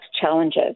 challenges